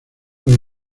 los